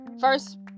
first